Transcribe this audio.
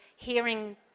hearing